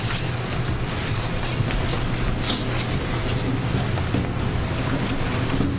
since